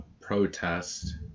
protest